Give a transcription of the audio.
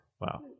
Wow